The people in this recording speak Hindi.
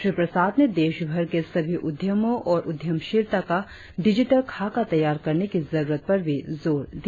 श्री प्रसाद ने देशभर के सभी उद्यमों और उद्यमशीलता का डिजिटल खाका तैयार करने की जरुरत पर भी जोर दिया